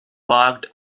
parked